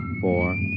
four